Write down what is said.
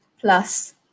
plus